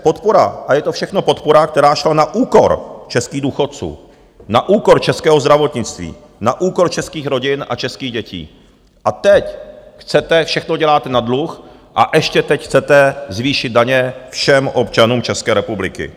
Podpora je to všechno podpora, která šla na úkor českých důchodců, na úkor českého zdravotnictví, na úkor českých rodin a českých dětí, a teď chcete všechno dělat na dluh a ještě teď chcete zvýšit daně všem občanům České republiky.